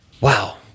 Wow